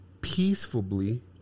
Peacefully